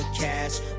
cash